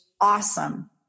awesome